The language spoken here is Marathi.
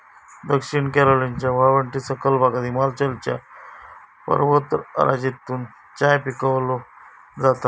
दक्षिण कॅरोलिनाच्या वाळवंटी सखल भागात हिमालयाच्या पर्वतराजीतून चाय पिकवलो जाता